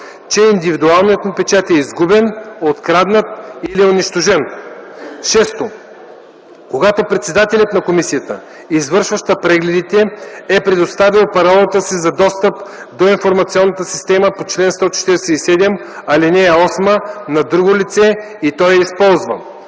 че индивидуалният му печат е изгубен, откраднат или унищожен; 6. когато председателят на комисията, извършваща прегледите, е предоставил паролата си за достъп до информационната система по чл. 147, ал. 8 на друго лице и то я използва;